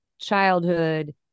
childhood